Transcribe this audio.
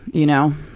you know?